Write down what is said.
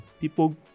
People